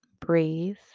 breathe